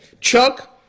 Chuck